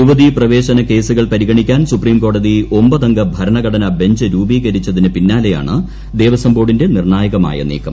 യുവതീ പ്രവേശന കേസുകൾ പരിഗണിക്കാൻ സുപ്രീംകോടതി ഒമ്പതംഗ ഭരണഘടനാ ബഞ്ച് രൂപീകരിച്ചതിന് പിന്നാലെയാണ് ദേവസ്വം ബോർഡിന്റെ നിർണായകമായ നീക്കം